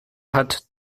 hat